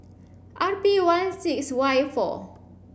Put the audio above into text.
R P one six Y four